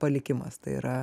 palikimas tai yra